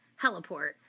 heliport